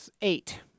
eight